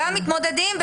גם מתמודדים,